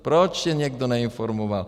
Proč je někdo neinformoval?